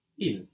Il